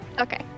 okay